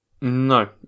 No